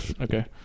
okay